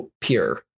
pure